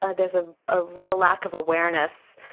ah there's ah a real lack of awareness,